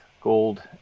gold